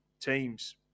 team's